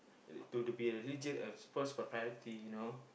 do the be a region of sports proprietary you know